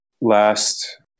last